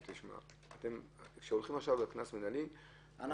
כשהולכים על קנס מינהלי,